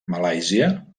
malàisia